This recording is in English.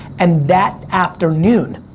and that afternoon,